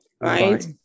Right